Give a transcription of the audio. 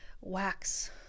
wax